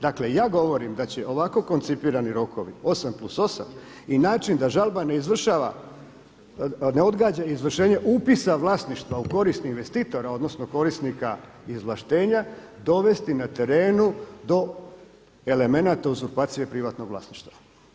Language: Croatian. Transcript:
Dakle, ja govorim da će ovako koncipirani rokovi osam plus osam i način da žalba ne izvršava, ne odgađa izvršenje upisa vlasništva u korist investitora, odnosno korisnika izvlaštenja dovesti na terenu do elemenata uzurpacije privatnog vlasništva.